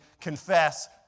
confess